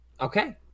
Okay